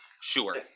Sure